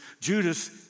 Judas